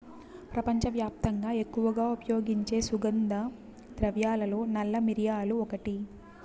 ప్రపంచవ్యాప్తంగా ఎక్కువగా ఉపయోగించే సుగంధ ద్రవ్యాలలో నల్ల మిరియాలు ఒకటి